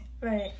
right